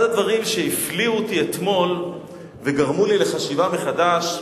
אחד הדברים שהפליאו אותי אתמול וגרמו לי לחשיבה מחדש,